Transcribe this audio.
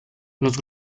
los